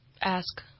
ask